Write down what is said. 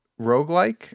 roguelike